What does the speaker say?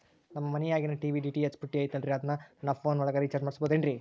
ನಮ್ಮ ಮನಿಯಾಗಿನ TV DTH ಪುಟ್ಟಿ ಐತಲ್ರೇ ಅದನ್ನ ನನ್ನ ಪೋನ್ ಒಳಗ ರೇಚಾರ್ಜ ಮಾಡಸಿಬಹುದೇನ್ರಿ?